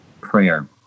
prayer